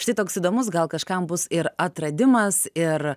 štai toks įdomus gal kažkam bus ir atradimas ir